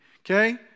okay